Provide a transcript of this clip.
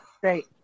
Great